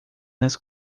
nas